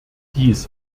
dies